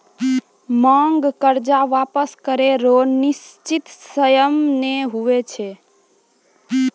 मांग कर्जा वापस करै रो निसचीत सयम नै हुवै छै